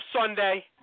Sunday